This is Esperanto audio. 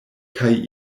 kaj